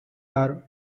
are